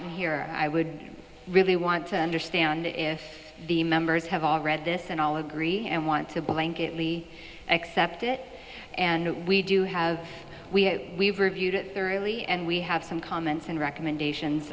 in here i would really want to understand if the members have all read this and all agree and want to blanket lee i accept it and we do have we have we've reviewed it thoroughly and we have some comments and recommendations